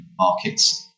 markets